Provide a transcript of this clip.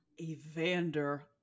evander